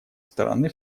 стороны